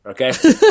okay